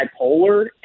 bipolar